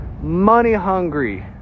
money-hungry